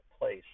place